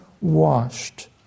washed